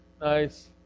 Nice